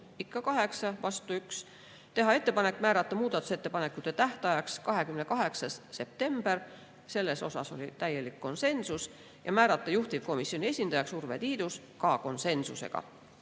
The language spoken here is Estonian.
ikka 8, vastu 1. Teha ettepanek määrata muudatusettepanekute tähtajaks 28. september. Selles oli täielik konsensus. Määrata juhtivkomisjoni esindajaks Urve Tiidus, ka konsensusega.